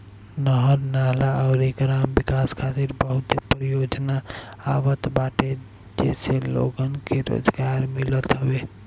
नहर, नाला अउरी ग्राम विकास खातिर बहुते परियोजना आवत बाटे जसे लोगन के रोजगार मिलत हवे